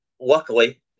luckily